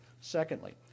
Secondly